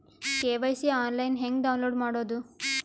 KYC online ಹೆಂಗ್ download ಮಾಡೋದು?